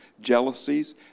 jealousies